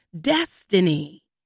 destiny